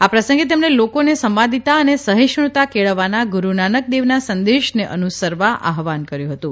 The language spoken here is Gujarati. આ પ્રસંગે તેમણે લોકોને સંવાદિતા અને સહિષ્ણુતા કેળવવાના ગુરૂનાનક દેવના સંદેશને અનુસરવા આહવાન કર્થુ હતુ